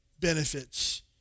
benefits